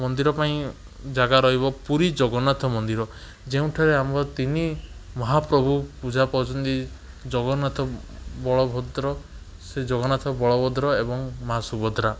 ମନ୍ଦିର ପାଇଁ ଜାଗା ରହିବ ପୁରୀ ଜଗନ୍ନାଥ ମନ୍ଦିର ଯେଉଁଠାରେ ଆମ ତିନି ମହାପ୍ରଭୁ ପୂଜା ପାଉଛନ୍ତି ଜଗନ୍ନାଥ ବଳଭଦ୍ର ଶ୍ରୀଜଗନ୍ନାଥ ବଳଭଦ୍ର ଏବଂ ମାଁ ସୁଭଦ୍ରା